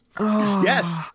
yes